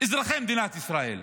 אזרחי מדינת ישראל.